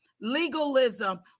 legalism